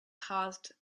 caused